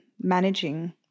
managing